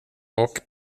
och